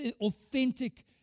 authentic